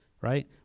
right